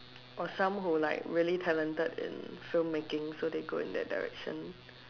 got some who like really talented in film making so they go in that direction